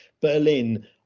Berlin